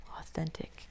authentic